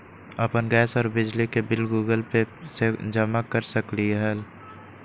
अपन गैस और बिजली के बिल गूगल पे से जमा कर सकलीहल?